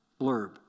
blurb